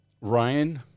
Ryan